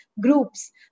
groups